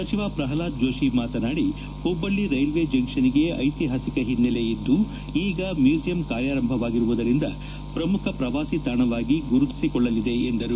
ಸಚಿವ ಪ್ರಹ್ಲಾದ್ ಜೋಷಿ ಮಾತನಾಡಿ Hubballi railway ಜಂಕ್ಷನ್ಗೆ ಐತಿಹಾಸಿಕ ಹಿನ್ನೆಲೆ ಇದ್ಲು ಈಗ ಮ್ಯೂಸಿಯಂ ಕಾರ್ಯಾರಂಭವಾಗಿರುವುದರಿಂದ ಪ್ರಮುಖ ಪ್ರವಾಸಿ ತಾಣವಾಗಿ ಗುರುತಿಸಿ ಕೊಳ್ಳಲಿದೆ ಎಂದರು